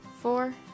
four